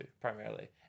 primarily